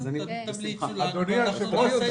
אדוני היושב-ראש,